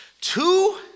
two